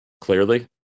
clearly